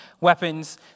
weapons